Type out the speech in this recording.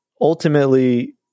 ultimately